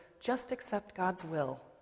just-accept-God's-will